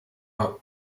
how